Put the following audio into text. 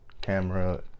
camera